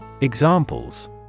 Examples